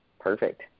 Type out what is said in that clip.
Perfect